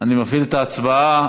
אני מפעיל את ההצבעה.